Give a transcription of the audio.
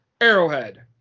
Arrowhead